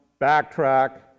backtrack